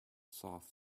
soft